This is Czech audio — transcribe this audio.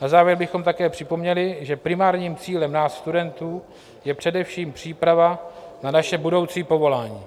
Na závěr bychom také připomněli, že primárním cílem nás studentů je především příprava na naše budoucí povolání.